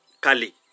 Kali